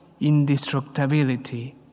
indestructibility